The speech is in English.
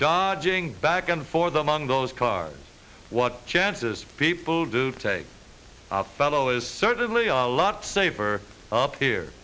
dodging back and forth among those cards what chances people do take fellow is certainly a lot safer up here